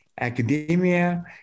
academia